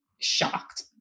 shocked